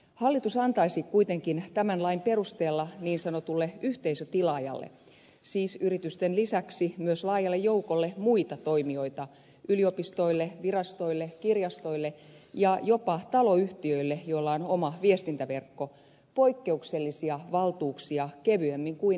hallitus antaisi kuitenkin tämän lain perusteella niin sanotulle yhteisötilaajalle siis yritysten lisäksi myös laajalle joukolle muita toimijoita yliopistoille virastoille kirjastoille ja jopa taloyhtiöille joilla on oma viestintäverkko poikkeuksellisia valtuuksia kevyemmin kuin poliisille